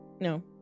no